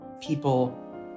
people